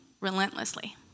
relentlessly